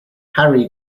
harry